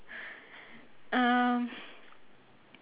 um